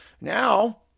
Now